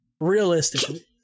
realistically